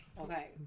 Okay